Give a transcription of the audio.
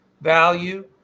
value